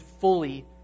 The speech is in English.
fully